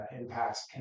impacts